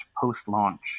post-launch